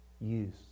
use